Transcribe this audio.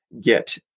get